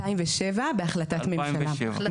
ב-2007, בהחלטת ממשלה.